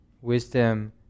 Wisdom